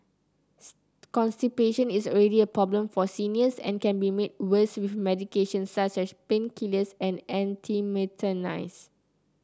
constipation is already a problem for seniors and can be made worse with medication such as painkillers and